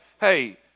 hey